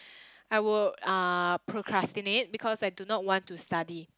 I would uh procrastinate because I do not want to study